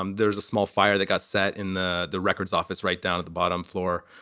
um there's a small fire that got set in the the records office right down at the bottom floor.